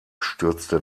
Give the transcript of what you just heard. stürzte